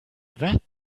that